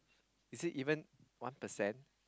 is it even one percent